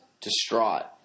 distraught